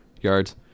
yards